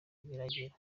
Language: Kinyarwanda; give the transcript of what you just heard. biragera